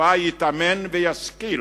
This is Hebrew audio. שצבאה יתאמן וישכיל